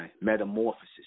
Metamorphosis